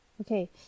Okay